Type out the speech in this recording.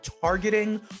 targeting